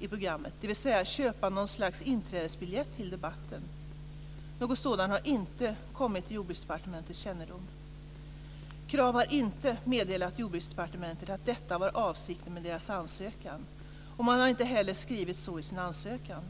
i programmet, dvs. köpa någon slags inträdesbiljett till debatten. Något sådant har inte kommit till Jordbruksdepartementets kännedom. Krav har inte meddelat Jordbruksdepartementet att detta var avsikten med ansökan, och man har inte heller skrivit så i sin ansökan.